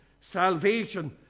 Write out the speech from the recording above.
salvation